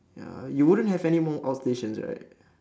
ya you wouldn't have any more outstations right